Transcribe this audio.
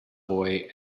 boy